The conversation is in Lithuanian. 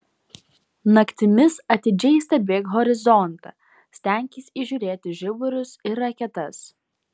naktimis atidžiai stebėk horizontą stenkis įžiūrėti žiburius ir raketas